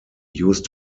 used